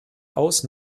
aus